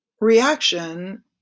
reaction